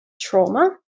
trauma